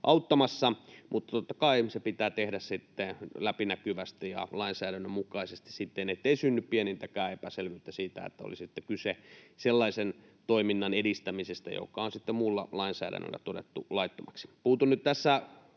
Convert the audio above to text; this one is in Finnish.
auttamassa. Mutta totta kai se pitää tehdä läpinäkyvästi ja lainsäädännön mukaisesti siten, ettei synny pienintäkään epäselvyyttä siitä, että olisi kyse sellaisen toiminnan edistämisestä, joka on muulla lainsäädännöllä todettu laittomaksi. Puutun nyt tässä